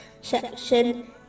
section